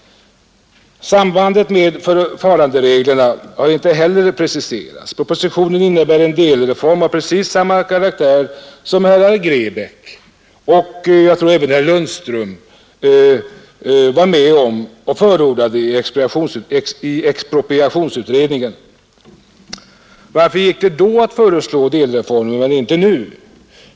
Sambandet med förfarandereglerna har inte heller preciserats. Propositionen innebär en delreform av precis samma karaktär som herr Grebäck och jag tror även herr Lundström var med om att förorda i expropriationsutredningen. Varför gick det då att föreslå delreformer men inte nu?